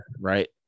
Right